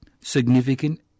significant